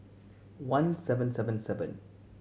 one seven seven seven